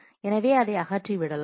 எனவே அதை அகற்றிவிடலாம்